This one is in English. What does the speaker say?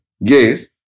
Yes